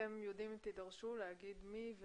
ואתם יודעים, אם תידרשו, להגיד מי.